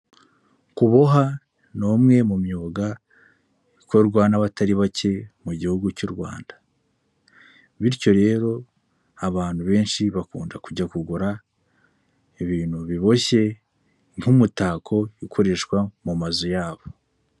Kuboha ni umwe mu myuga ikorwa n'abatari bake mu gihugu cy'u Rwanda, bityo rero abantu benshi bakunda kujya kugura ibintu biboshye nk'umutako ukoreshwa mu mazu yabo.